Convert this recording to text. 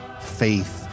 faith